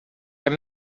were